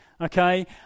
okay